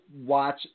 watch